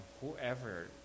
Whoever